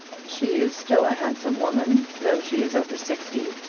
she is still a handsome woman, though she is over sixty.